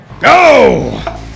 Go